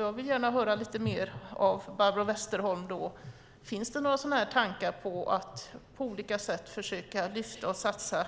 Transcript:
Jag vill gärna höra av Barbro Westerholm om det finns några tankar på att på olika sätt försöka satsa